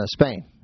Spain